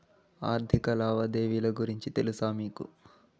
ఆర్థిక లావాదేవీల గురించి తెలుసా మీకు